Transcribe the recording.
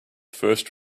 first